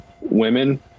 women